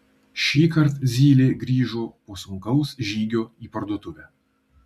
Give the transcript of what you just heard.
šįkart zylė grįžo po sunkaus žygio į parduotuvę